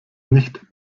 nicht